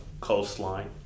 coastline